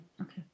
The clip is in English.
Okay